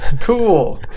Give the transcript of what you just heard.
cool